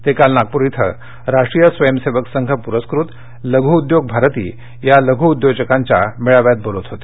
ते काल नागपूर इथं राष्ट्रीय स्वयंसेवक संघ पुरस्कृत लघु उद्योग भारती या लघु उद्योजकांच्या मेळाव्यात बोलत होते